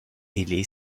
ailé